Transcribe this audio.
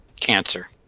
cancer